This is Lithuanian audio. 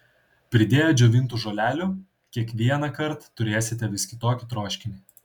pridėję džiovintų žolelių kiekvienąkart turėsite vis kitokį troškinį